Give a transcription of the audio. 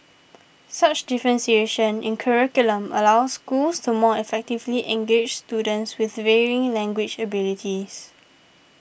such differentiation in curriculum allows schools to more effectively engage students with varying language abilities